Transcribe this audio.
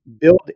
build